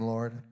Lord